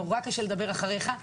נורא קשה לדבר אחריך.